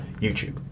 youtube